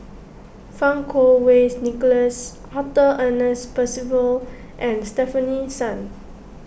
Fang Kuo Wei Nicholas Arthur Ernest Percival and Stefanie Sun